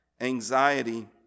anxiety